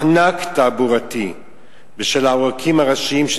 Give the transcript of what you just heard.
מחנק תעבורתי בשל סגירת העורקים הראשיים.